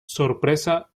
sorpresa